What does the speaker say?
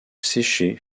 séché